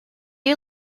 you